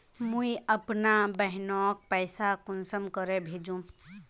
मुई अपना बहिनोक पैसा कुंसम के भेजुम?